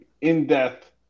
in-depth